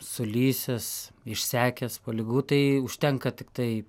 sulysęs išsekęs po ligų tai užtenka tiktai